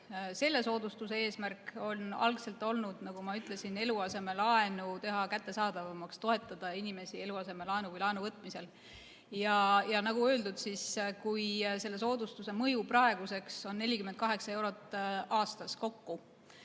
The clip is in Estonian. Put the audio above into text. Selle soodustuse eesmärk algselt oli, nagu ma ütlesin, teha eluasemelaen kättesaadavamaks, toetada inimesi eluasemelaenu võtmisel. Nagu öeldud, kui selle soodustuse mõju praeguseks on 48 eurot aastas ehk